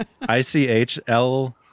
I-C-H-L